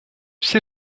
все